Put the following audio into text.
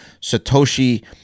Satoshi